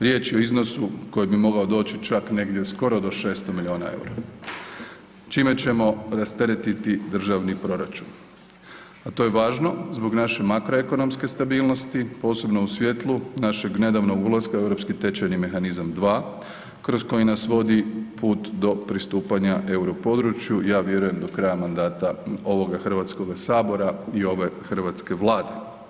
Riječ je o iznosu koji bi mogao doći čak negdje skoro do 600 milijuna EUR-a, čime ćemo rasteretiti državni proračun, a to je važno zbog naše makroekonomske stabilnosti, posebno u svjetlu našeg nedavnog ulaska u Europski tečajni mehanizam 2 kroz koji nas vodi put do pristupanja Europodručju, ja vjerujem do kraja mandata ovoga HS i ove hrvatske vlade.